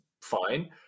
fine